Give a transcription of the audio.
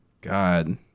god